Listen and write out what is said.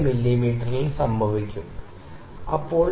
4 millimetre ലഭിക്കും ശരി